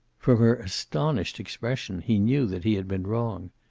from her astonished expression, he knew that he had been wrong.